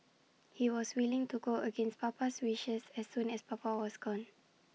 he was willing to go against Papa's wishes as soon as papa was gone